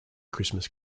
christmas